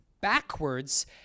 backwards